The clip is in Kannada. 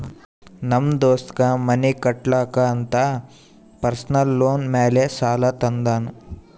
ನಮ್ ದೋಸ್ತಗ್ ಮನಿ ಕಟ್ಟಲಾಕ್ ಅಂತ್ ಪರ್ಸನಲ್ ಲೋನ್ ಮ್ಯಾಲೆ ಸಾಲಾ ತಂದಾನ್